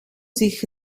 zich